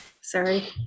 Sorry